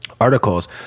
articles